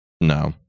No